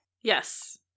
Yes